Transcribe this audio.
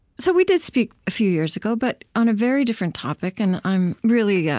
so, we did speak a few years ago, but on a very different topic, and i'm really yeah